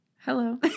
Hello